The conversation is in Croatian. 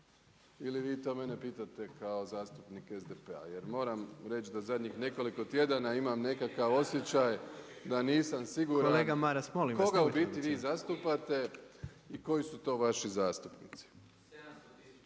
ili vi to mene pitate kao zastupnik SDP-a? Jer moram reći da zadnjih nekoliko tjedana imam nekakav osjećaj da nisam siguran koga u biti vi zastupate i koji su to vaši zastupnici.